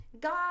God